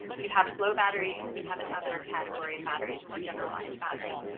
you have, slow batteries and and you have and other category batteries, and more generalized battery.